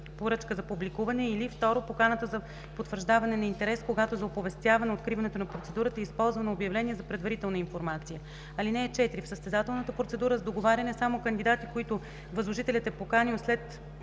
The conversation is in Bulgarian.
поръчка за публикуване, или 2. поканата за потвърждаване на интерес – когато за оповестяване откриването на процедурата е използвано обявление за предварителна информация. (4) В състезателната процедура с договаряне само кандидати, които възложителят е поканил след